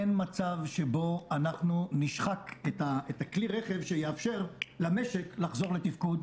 אין מצב שבו נשחק את כלי הרכב שיאפשר למשק לחזור לתפקוד.